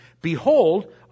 Behold